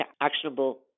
actionable